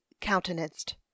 countenanced